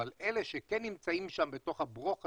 אבל אלה שכן נמצאים שם בתוך הברוכ הזה,